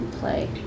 play